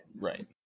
Right